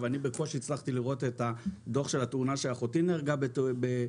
אני בקושי הצלחתי לראות את הדוח של התאונה שאחותי נהרגה בה.